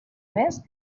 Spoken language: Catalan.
mes